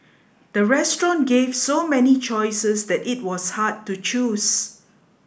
the restaurant gave so many choices that it was hard to choose